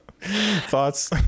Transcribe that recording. Thoughts